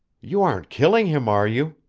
you aren't killing him are you?